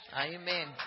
amen